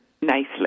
nicely